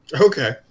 Okay